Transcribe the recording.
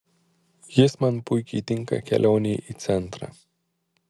jis man puikiai tinka kelionei į centrą